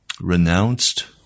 renounced